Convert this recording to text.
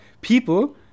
people